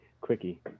quickie